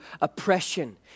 oppression